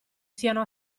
siano